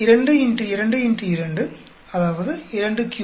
2 X 2 X 2 அதாவது 23